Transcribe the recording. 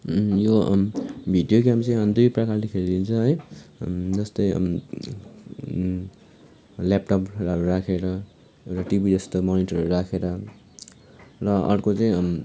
यो video game चाहिँ अब दुई प्रकारले खेलिन्छ है जस्तै ल्यापटप र राखेर एउटा टिभी जस्तो मनिटरहरू राखेर र अर्को चाहिँ